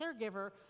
caregiver